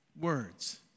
words